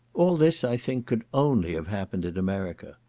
all this i think could only have happened in america.